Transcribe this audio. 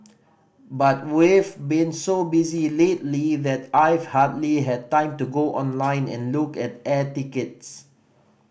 but we've been so busy lately that I've hardly had time to go online and look at air tickets